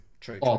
true